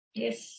yes